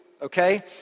Okay